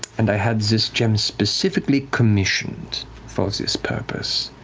and i had this gem specifically commissioned for this purpose.